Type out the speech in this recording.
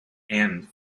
and